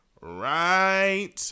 right